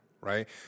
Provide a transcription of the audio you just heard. right